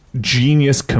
genius